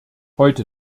heute